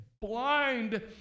blind